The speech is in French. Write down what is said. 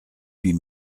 huit